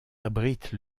abrite